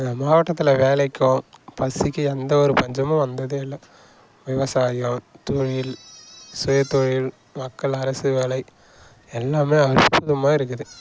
அந்த மாவட்டத்தில் வேலைக்கு பசிக்கும் எந்த ஒரு பஞ்சமும் வந்தது இல்லை விவசாயம் தொழில் சுய தொழில் மக்கள் அரசு வேலை எல்லாம் அற்புதமாக இருக்குது